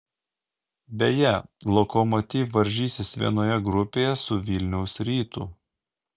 beje lokomotiv varžysis vienoje grupėje su vilniaus rytu